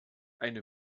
eine